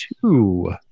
two